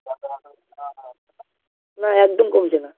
না একদম কমছে না